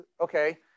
Okay